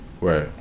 right